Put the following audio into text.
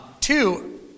Two